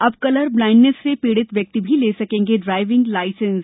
अब colour blindness से पीड़ित व्यक्ति भी ले सकेंगे ड्राइविंग लाइसेंस